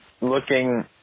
looking